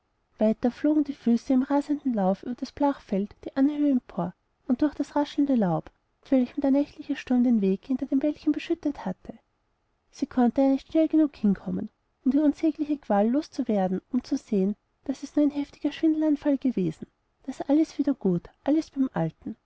weiter flogen die füße im rasenden lauf über das blachfeld die anhöhe empor und durch das raschelnde laub mit welchem der nächtliche sturm den weg hinter dem wäldchen beschüttet hatte sie konnte ja nicht schnell genug hinkommen um die unsägliche qual los zu werden um zu sehen daß es nur ein heftiger schwindelanfall gewesen daß alles wieder gut alles beim alten